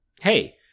Hey